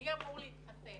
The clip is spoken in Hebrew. מי אמור להתחסן?